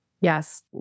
Yes